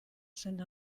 sind